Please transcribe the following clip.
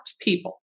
people